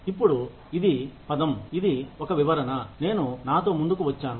ఇప్పుడు ఇది పదం ఇది ఒక వివరణ నేను నాతో ముందుకు వచ్చాను